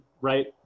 right